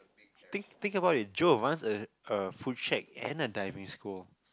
think think about it Joe wants a a Foodshed and a diving school